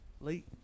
Late